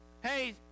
Hey